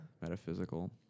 metaphysical